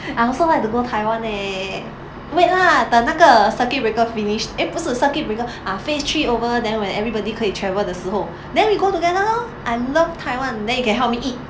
I also like to go taiwan leh wait lah 等那个 circuit breaker finish eh 不是 circuit breaker ah phase three over then when everybody 可以 travel 的时候 then we go together lor I love taiwan then you can help me eat